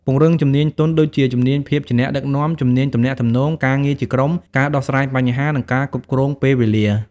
ពង្រឹងជំនាញទន់ ដូចជា ជំនាញភាពជាអ្នកដឹកនាំ ជំនាញទំនាក់ទំនង ការងារជាក្រុម ការដោះស្រាយបញ្ហា និងការគ្រប់គ្រងពេលវេលា។